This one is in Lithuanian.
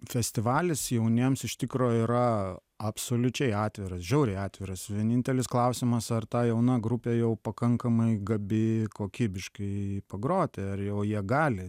festivalis jauniems iš tikro yra absoliučiai atviras žiauriai atviras vienintelis klausimas ar tą jauna grupė jau pakankamai gabi kokybiškai pagroti ar jau jie gali